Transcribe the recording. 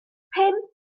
pump